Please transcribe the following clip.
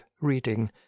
reading